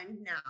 now